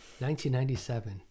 1997